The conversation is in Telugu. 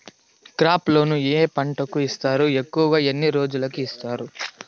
క్రాప్ లోను ఏ పంటలకు ఇస్తారు ఎక్కువగా ఎన్ని రోజులకి ఇస్తారు